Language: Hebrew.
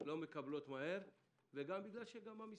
לא מקבלות מהר, וגם בגלל שהמשרד,